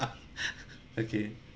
okay